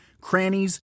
crannies